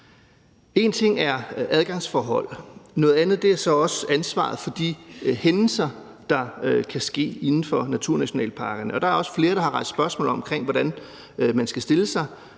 En ting er adgangsforhold, noget andet er så også ansvaret for de hændelser, der kan ske inden for naturnationalparkerne. Der er også flere, der har rejst spørgsmål omkring, hvordan man skal stille sig,